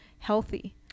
healthy